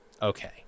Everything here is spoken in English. okay